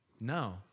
No